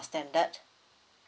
standard